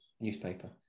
newspaper